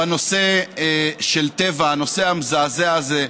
בנושא של טבע, הנושא המזעזע הזה.